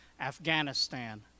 Afghanistan